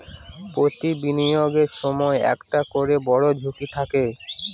প্রতি বিনিয়োগের সময় একটা করে বড়ো ঝুঁকি থাকে